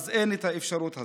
אז אין להן את האפשרות הזאת.